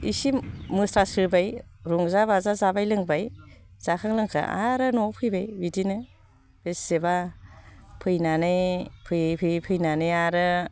इसे मोसास्रोबाय रंजा बाजा जाबाय लोंबाय जाखां लोंखां आरो न'आव फैबाय बिदिनो बेसेबा फैनानै फैयै फैयै फैनानै आरो